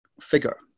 figure